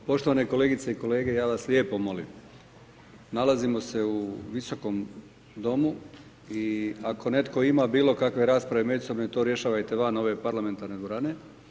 Poštovane kolegice i kolege, ja vas lijepo molim, nalazimo se u Visokom domu, i ako netko ima bilo kakve rasprave … to rješavajte van ove parlamentarne dvorane.